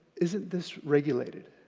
isn't this regulated?